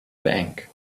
bank